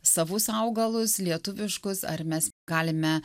savus augalus lietuviškus ar mes galime